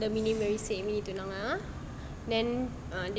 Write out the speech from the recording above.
the minute he risik me tunang ah then